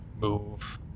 move